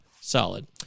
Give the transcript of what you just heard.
solid